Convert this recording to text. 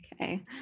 okay